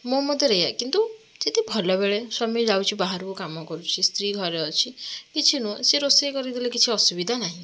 ମୋ ମତରେ ଏଇଆ କିନ୍ତୁ ଯଦି ଭଲ ବେଳେ ସ୍ୱାମୀ ଯାଉଛି ବାହାରକୁ କାମ କରୁଛି ସ୍ତ୍ରୀ ଘରେ ଅଛି କିଛି ନୁହଁ ସିଏ ରୋଷେଇ କରିଦେଲେ କିଛି ଅସୁବିଧା ନାହିଁ